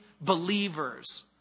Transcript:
believers